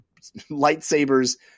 lightsabers